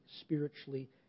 spiritually